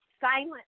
silent